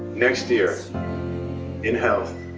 next year in health,